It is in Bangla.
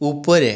উপরে